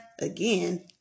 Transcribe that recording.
again